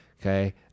Okay